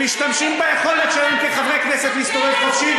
שמשתמשים ביכולת שלהם כחברי כנסת להסתובב חופשי,